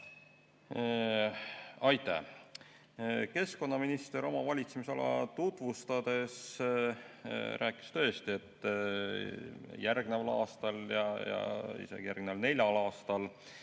Aitäh! Keskkonnaminister oma valitsemisala tutvustades rääkis tõesti, et järgmisel aastal ja isegi järgmisel neljal aastal